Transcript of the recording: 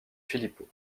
filippo